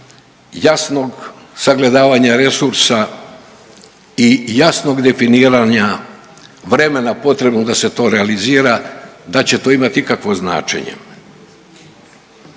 jasnog sagledavanja resursa i jasnog definiranja vremena potrebnog da se to realizira, da će to imati ikakvo značenje.